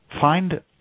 Find